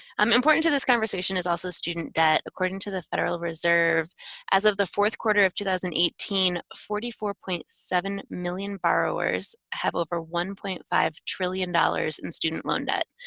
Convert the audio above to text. um important to this conversation is also student debt. according to the federal reserve as of the fourth quarter of two thousand eighteen, forty four point seven million borrowers have over one point five trillion dollars in student loan debt.